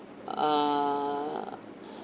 uh